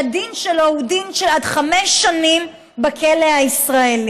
שהדין שלו הוא דין של עד חמש שנים בכלא הישראלי.